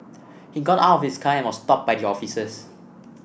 he got out of his car and was stopped by the officers